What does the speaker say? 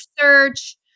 search